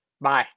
bye